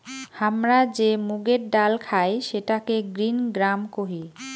হামরা যে মুগের ডাল খাই সেটাকে গ্রিন গ্রাম কোহি